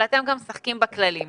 אבל אתם גם משחקים בכללים.